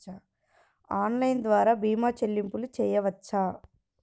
Online ద్వార భీమా చెల్లింపులు చేయవచ్చా?